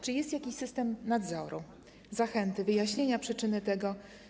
Czy jest jakiś system nadzoru, zachęty, wyjaśnienia przyczyny tego?